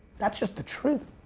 that's just the truth,